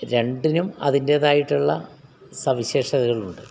രണ്ടിനും അതിൻറ്റേതായിട്ടുള്ള സവിശേഷതകളുണ്ട്